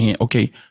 Okay